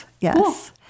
Yes